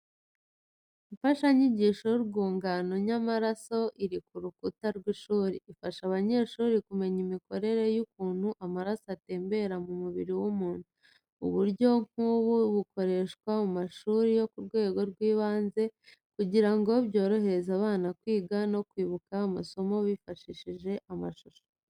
Imfashanyigisho y'urwungano nyamaraso iri ku rukuta rw’ishuri. Ifasha abanyeshuri kumenya imikorere y'ukuntu amaraso atembera mu mubiri w'umuntu. Uburyo nk’ubu bukoreshwa mu mashuri yo ku rwego rw’ibanze kugira ngo byorohere abana kwiga no kwibuka amasomo bifashishije amashusho.